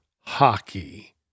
hockey